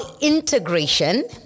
integration